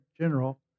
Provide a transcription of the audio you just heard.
general